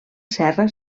serra